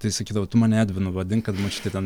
tai sakydavau tu mane edvinu vadink kad močiutei ten